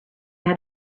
out